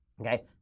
Okay